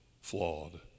flawed